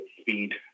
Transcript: speed